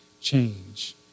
change